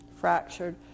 Fractured